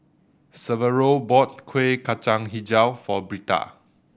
Severo bought Kueh Kacang Hijau for Britta